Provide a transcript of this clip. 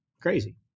Crazy